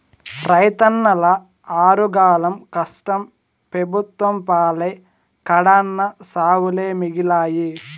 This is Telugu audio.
రైతన్నల ఆరుగాలం కష్టం పెబుత్వం పాలై కడన్నా సావులే మిగిలాయి